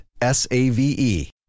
S-A-V-E